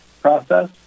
process